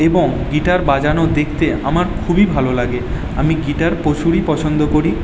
এবং গিটার বাজানো দেখতে আমার খুবই ভালো লাগে আমি গিটার প্রচুরই পছন্দ করি